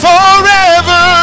forever